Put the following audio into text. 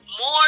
more